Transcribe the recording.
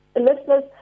listeners